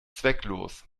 zwecklos